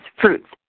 fruits